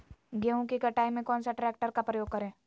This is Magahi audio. गेंहू की कटाई में कौन सा ट्रैक्टर का प्रयोग करें?